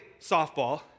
softball